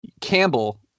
Campbell